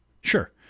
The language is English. Sure